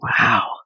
Wow